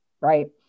right